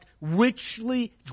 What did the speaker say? richly